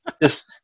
Yes